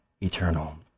eternal